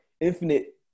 infinite